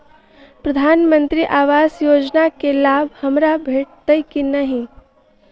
प्रधानमंत्री आवास योजना केँ लाभ हमरा भेटतय की नहि?